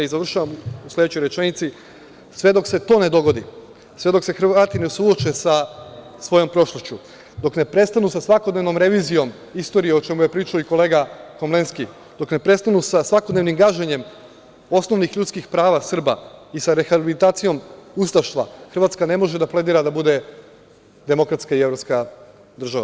Završavam u sledećoj rečenici, sve dok se to ne dogodi, sve dok se Hrvati ne suoče sa svojom prošlošću, dok ne prestanu sa svakodnevnom revizijom istorije, o čemu je pričao i kolega Komlenski, dok ne prestanu sa svakodnevnim gaženjem osnovnih ljudskih prava Srba i sa rehabilitacijom ustaštva, Hrvatska ne može da pledira da bude demokratska i evropska država.